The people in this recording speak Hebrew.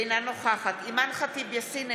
אינה נוכחת אימאן ח'טיב יאסין,